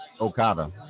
Okada